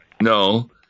No